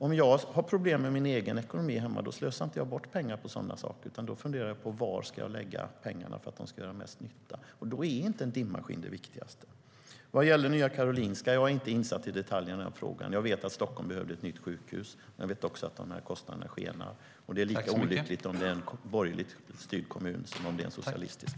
Om jag har problem med min egen ekonomi slösar jag inte bort pengar på sådana saker, utan då funderar jag på var jag ska lägga pengarna för att de ska göra mest nytta. Då är inte en dimmaskin det viktigaste. Vad gäller Nya Karolinska är jag inte insatt i detaljerna. Jag vet att Stockholm behövde ett nytt sjukhus. Men jag vet också att kostnaderna skenar. Det är lika olyckligt om det är en borgerligt styrd kommun som om det är en socialistisk.